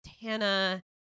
Tana